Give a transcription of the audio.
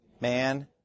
man